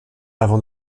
avant